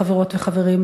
חברות וחברים,